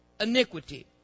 ...iniquity